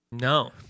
No